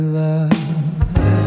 love